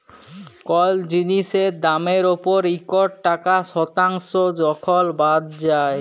call জিলিসের দামের উপর ইকট টাকা শতাংস যখল বাদ যায়